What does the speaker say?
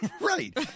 Right